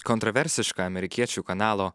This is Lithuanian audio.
kontroversišką amerikiečių kanalo